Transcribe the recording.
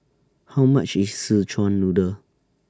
How much IS Szechuan Noodle